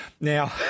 Now